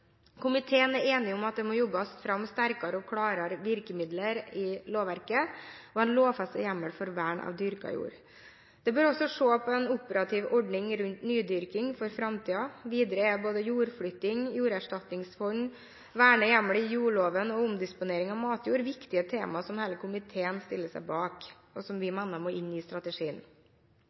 Komiteen er enig om at det må jobbes fram sterkere og klarere virkemidler i lovverket og en lovfestet hjemmel for vern av dyrket jord. Det bør også ses på en operativ ordning rundt nydyrking for framtiden. Videre er både jordflytting, jorderstatningsfond, vernet hjemmel i jordloven og omdisponering av matjord viktige tema som hele komiteen stiller seg bak, og som vi mener må inn i strategien.